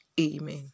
amen